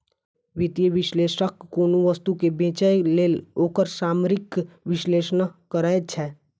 वित्तीय विश्लेषक कोनो वस्तु कें बेचय लेल ओकर सामरिक विश्लेषण करै छै